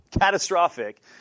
catastrophic